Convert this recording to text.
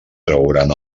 trauran